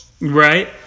Right